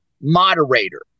moderator